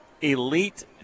elite